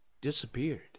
disappeared